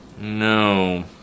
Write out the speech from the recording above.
No